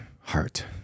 heart